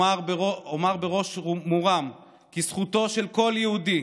אומר בראש מורם כי זכותו של כל יהודי